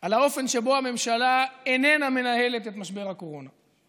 על האופן שבו הממשלה איננה מנהלת את משבר הקורונה,